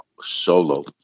solo